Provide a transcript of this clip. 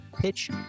pitch